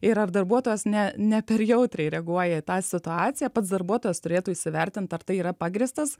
ir ar darbuotojas ne ne per jautriai reaguoja į tą situaciją pats darbuotojas turėtų įsivertint ar tai yra pagrįstas